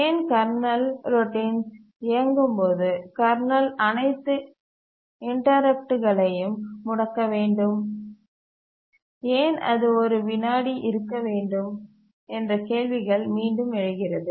ஏன் kernel routines இயக்கும் போது கர்னல் அனைத்து இன்டரப்ட்டுகளையும் முடக்க வேண்டும் ஏன் அது ஒரு வினாடி இருக்க வேண்டும் என்ற கேள்விகள் மீண்டும் எழுகிறது